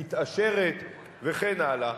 מתאשרת וכן הלאה.